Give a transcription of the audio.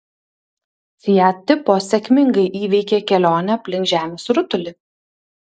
fiat tipo sėkmingai įveikė kelionę aplink žemės rutulį